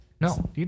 No